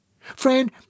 Friend